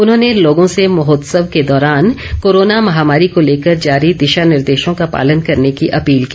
उन्होंने लोगों से महोत्सव के दौरान कोरोना महामारी को लेकर जारी दिशा निर्देशों का पालन करने की अपील की